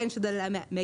בין שזה ---,